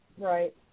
Right